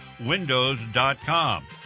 windows.com